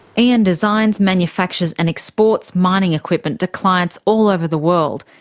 and designs, manufactures and exports mining equipment to clients all over the world,